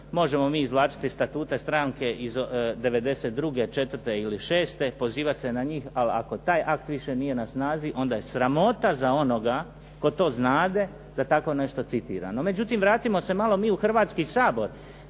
možemo mi izvlačiti statute stranke iz '92., četvrte ili šeste, pozivati na njih, ali ako taj akt nije više na snazi onda je sramota za onoga tko to znade da tako nešto citira. No međutim, vratimo se malo mi u Hrvatski sabor.